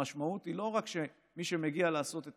המשמעות היא לא רק שמי שמגיע לעשות את